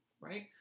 Right